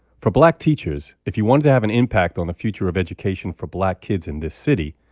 for black teachers, if you wanted to have an impact on the future of education for black kids in this city,